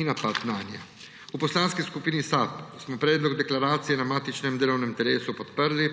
in napad nanje. V Poslanski skupini SAB smo predlog deklaracije na matičnem delovnem telesu podprli.